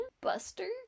Buster